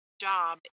job